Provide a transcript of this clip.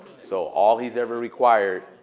so all he's ever required,